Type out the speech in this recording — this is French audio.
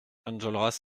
enjolras